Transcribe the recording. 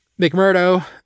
McMurdo